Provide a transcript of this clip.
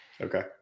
Okay